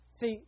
See